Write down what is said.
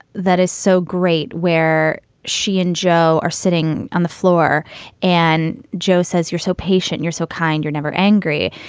that is so great where she and joe are sitting on the floor and joe says, you're so patient, you're so kind, you're never angry.